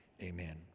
Amen